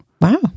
Wow